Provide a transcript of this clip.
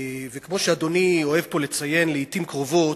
וכמו שאדוני אוהב פה לציין לעתים קרובות,